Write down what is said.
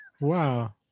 wow